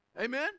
Amen